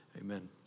Amen